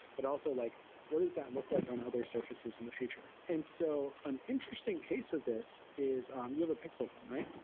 but also like what does that look like on other surfaces in the future? and so an interesting case of this is um you have a pixel phone, right?